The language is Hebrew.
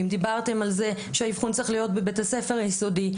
אם דיברתם על זה שהאבחון צריך להיות בבית הספר היסודי,